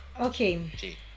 Okay